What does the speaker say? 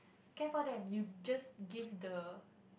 care for them you just give the